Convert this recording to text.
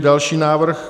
Další návrh: